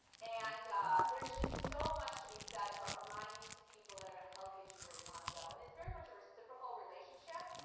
and there's just so much to be said for aligning to people that are going to help get you where you want to go. and it's very much a reciprocal relationship.